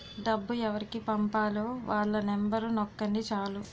డబ్బు ఎవరికి పంపాలో వాళ్ళ నెంబరు నొక్కండి చాలు